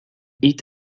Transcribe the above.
eat